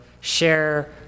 share